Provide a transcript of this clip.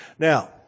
Now